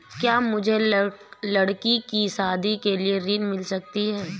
क्या मुझे लडकी की शादी के लिए ऋण मिल सकता है?